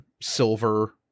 silver